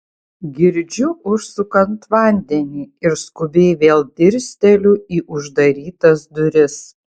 girdžiu užsukant vandenį ir skubiai vėl dirsteliu į uždarytas duris